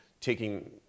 taking